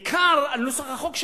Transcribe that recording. ובעיקר, נוסח החוק שעבר,